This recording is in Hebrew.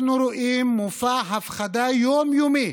אנחנו רואים מופע הפחדה יום-יומי,